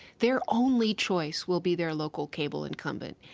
their only choice will be their local cable incumbent.